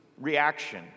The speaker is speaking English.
reaction